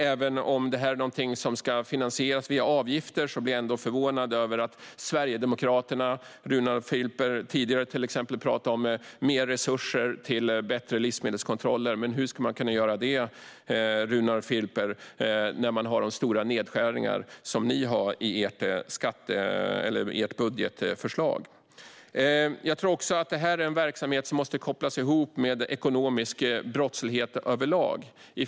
Även om detta är något som ska finansieras via avgifter blir jag ändå förvånad över att Runar Filper från Sverigedemokraterna tidigare talade om mer resurser till bättre livsmedelskontroller. Runar Filper, hur ska man kunna göra detta med de stora nedskärningar som finns i ert budgetförslag? Detta är en verksamhet där man behöver se kopplingen till ekonomisk brottslighet överlag.